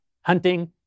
hunting